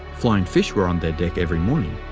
flying fish were on their deck every morning.